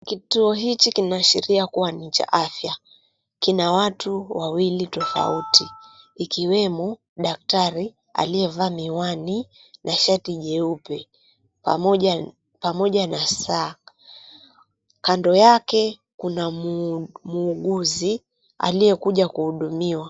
Kituo hichi kinaashiria kuwa ni cha afya. Kina watu wawili tofauti ikiwemo daktari aliyevaa miwani na shati jeupe pamoja na saa. Kando yake kuna muuguzi aliyekuja kuhudumiwa.